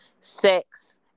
sex